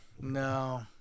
No